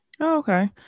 okay